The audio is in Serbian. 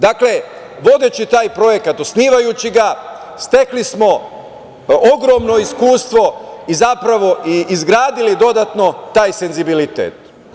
Dakle, vodeći taj projekat, osnivajući ga, stekli smo ogromno iskustvo i zapravo, izgradili dodatno taj senzibilitet.